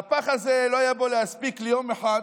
והפך הזה, לא היה בו להספיק ליום אחד,